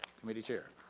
committee chair.